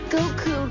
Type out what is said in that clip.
Goku